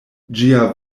ĝia